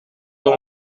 donc